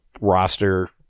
roster